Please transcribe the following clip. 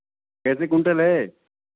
कैसे कुंटल हैं